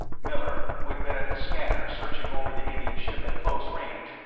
miller, who had been at the scanner searching over the alien ship at close range,